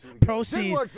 Proceed